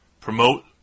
promote